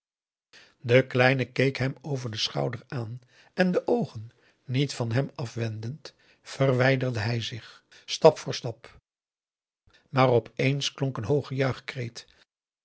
de kleine keek hem over den schouder aan en de oogen niet van hem afwendend verwijderde hij zich stap voor stap maar opeens klonk een hooge